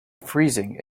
freezing